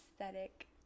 aesthetic